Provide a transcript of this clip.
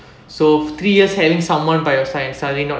so three years having someone by your side and suddenly not